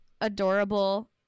adorable